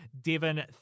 Devin